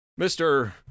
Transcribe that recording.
Mr